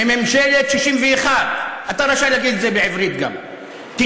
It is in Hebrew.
מממשלת 61. בערבית.